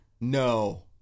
No